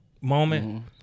moment